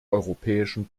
europäischen